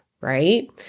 right